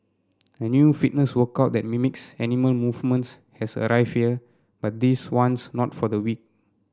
a new fitness workout that mimics animal movements has arrived here but this one's not for the weak